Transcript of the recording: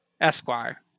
Esquire